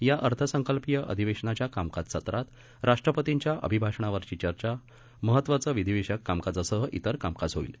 या अर्थसंकल्पीय अधिवेशनाच्या कामकाज सत्रात राष्ट्रपतींच्या अभिभाषणावरची चर्चा महत्वाचं विधिविषयक कामकाजासह इतर कामकाज होईल